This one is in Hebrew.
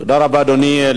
תודה רבה, אדוני.